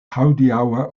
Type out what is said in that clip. hodiaŭa